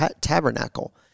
tabernacle